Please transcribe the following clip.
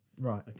right